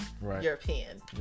European